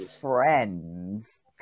friends